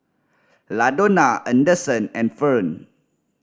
Ladonna Anderson and Fern